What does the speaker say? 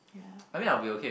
really ah